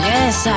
Yes